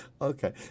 Okay